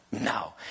no